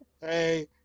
hey